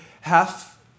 half